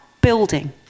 building